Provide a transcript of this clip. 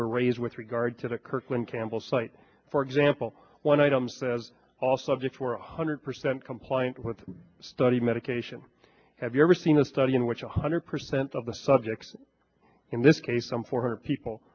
were raised with regard to the kirkland campbell site for example one item says all subject four hundred percent compliant with the study medication have you ever seen a study in which a hundred percent of the subjects in this case some four hundred people